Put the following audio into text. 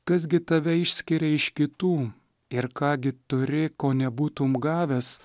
kas gi tave išskiria iš kitų ir ką gi turi ko nebūtum gavęs